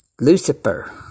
Lucifer